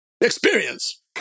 Experience